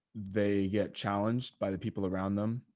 they get challenged by the people around them,